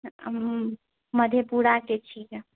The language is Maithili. मधेपुराके छिऐ